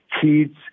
kids